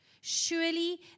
surely